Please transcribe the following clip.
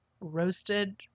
roasted